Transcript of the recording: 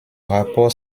rapport